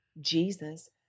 Jesus